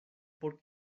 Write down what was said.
por